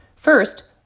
First